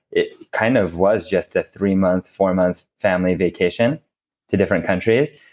it kind of was just a three month, four month family vacation to different countries.